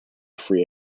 free